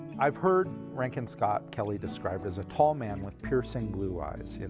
i've heard rankin scott kelley described as a tall man with piercing blue eyes.